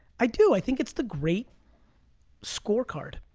i do, i think it's the great scorecard.